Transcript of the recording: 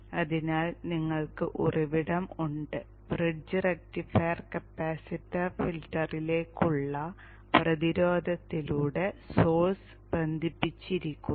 അതിനാൽ നിങ്ങൾക്ക് ഉറവിടം ഉണ്ട് ബ്രിഡ്ജ് റക്റ്റിഫയർ കപ്പാസിറ്റർ ഫിൽട്ടറിലേക്കുള്ള പ്രതിരോധത്തിലൂടെ സോഴ്സ് ബന്ധിപ്പിച്ചിരിക്കുന്നു